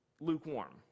lukewarm